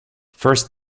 first